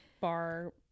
bar